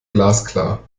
glasklar